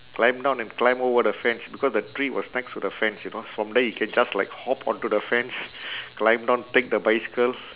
climb down and climb over the fence because the tree was next to the fence you know from there you can just like hop onto the fence climb down take the bicycle